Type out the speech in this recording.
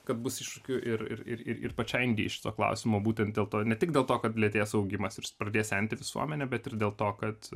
kad bus iššūkių ir ir ir ir pačiai indijai šituo klausimu būtent dėl to ne tik dėl to kad lėtės augimas ir pradės senti visuomenė bet ir dėl to kad